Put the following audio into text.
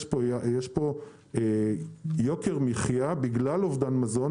יש פה יוקר מחיה בגלל אובדן מזון,